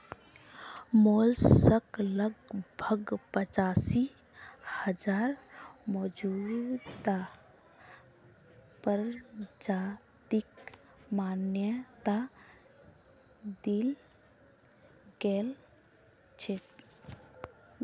mollusc लगभग पचासी हजार मौजूदा प्रजातिक मान्यता दील गेल छेक